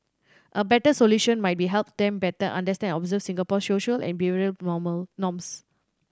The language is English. a better solution might be help them better understand observe Singapore's social and behavioural normal norms